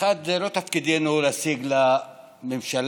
זה לא תפקידנו להשיג לממשלה,